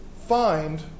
Find